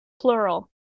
Plural